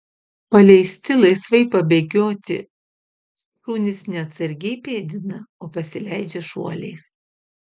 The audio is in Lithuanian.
paleisti laisvai pabėgioti šunys ne atsargiai pėdina o pasileidžia šuoliais